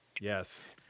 Yes